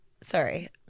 Sorry